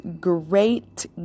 Great